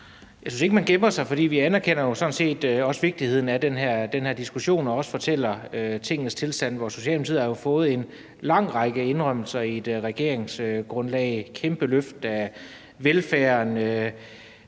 Jeg synes ikke, man gemmer sig, for vi anerkender jo sådan set også vigtigheden af den her diskussion og fortæller også om tingenes tilstand. Socialdemokratiet har jo fået en lang række indrømmelser i regeringsgrundlaget: et kæmpe løft af velfærden,